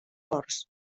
ports